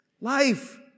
life